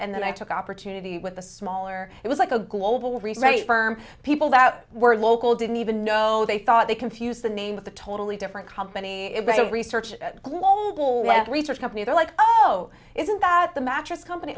and then i took opportunity with the smaller it was like a global research firm people that were local didn't even know they thought they confuse the name of the totally different company great research global research company there like oh isn't that the mattress company